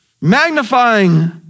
magnifying